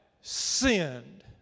sinned